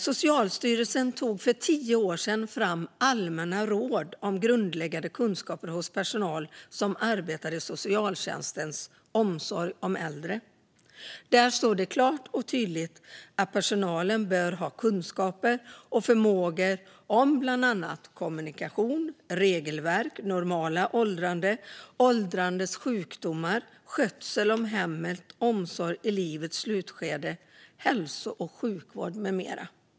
Socialstyrelsen tog för tio år sedan fram allmänna råd om grundläggande kunskaper hos personal som arbetar i socialtjänstens omsorg om äldre. Där står det klart och tydligt att personalen bör ha kunskaper om och förmågor att hantera kommunikation, regelverk, normalt åldrande, åldrandets sjukdomar, skötsel av hemmet, omsorg i livets slutskede, hälso och sjukvård med mera.